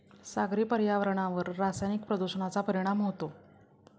सागरी पर्यावरणावर रासायनिक प्रदूषणाचा परिणाम होतो